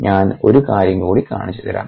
ഞാൻ ഒരു കാര്യം കൂടി കാണിച്ചുതരാം